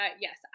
yes